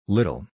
Little